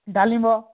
ଡାଳିମ୍ବ